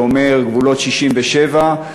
שאומר: גבולות 67'